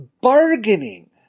bargaining